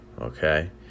okay